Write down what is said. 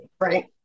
Right